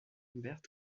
bert